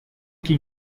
que